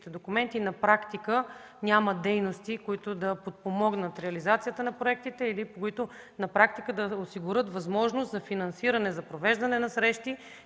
на практика няма дейности, които да подпомогнат реализацията на проектите или да осигурят възможност за финансиране, за провеждане на срещи,